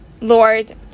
lord